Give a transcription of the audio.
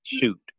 shoot